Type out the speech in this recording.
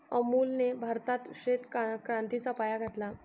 अमूलने भारतात श्वेत क्रांतीचा पाया घातला